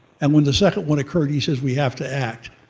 and when the second one occurred, he says, we have to act.